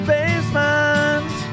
Basement